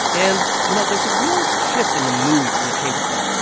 and, you know, there's a real shift in the mood in the chamber today.